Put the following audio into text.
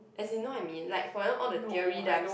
as in you know I mean like for example all the theory that I'm s~